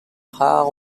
part